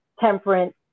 temperance